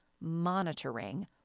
monitoring